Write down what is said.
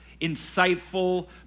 insightful